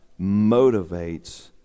motivates